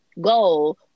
goal